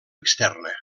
externa